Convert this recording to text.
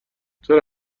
چرا